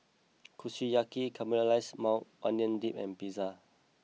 Kushiyaki Caramelized Maui Onion Dip and pizza